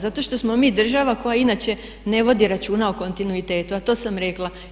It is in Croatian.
Zato što smo mi država koja inače ne vodi računa o kontinuitetu, a to sam rekla.